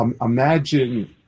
imagine